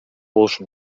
болушу